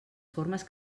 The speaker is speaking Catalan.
formes